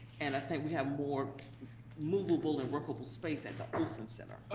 and i think we have more moveable and workable space at the olson center.